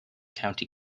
county